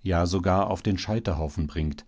ja sogar auf den scheiterhaufen bringt